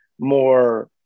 more